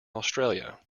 australia